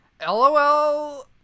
lol